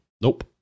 Nope